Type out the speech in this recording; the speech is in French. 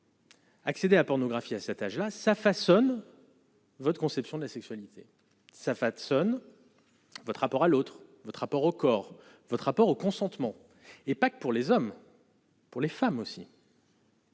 Accédez à pornographie à cet âge-là, ça façonne. Votre conception de la sexualité, ça façonne votre rapport à l'autre, votre rapport au corps votre rapport au consentement et pas que pour les hommes. Pour les femmes aussi.